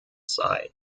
sei